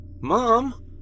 Mom